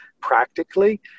practically